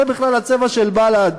זה בכלל הצבע של בל"ד,